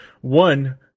One